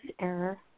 error